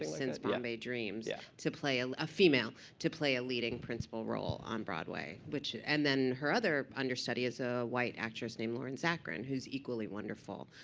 since bombay dreams yeah to play a a female to play a leading principal role on broadway. and then her other understudy is a white actress named lauren zakrin, who's equally wonderful.